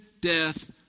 death